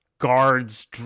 Guards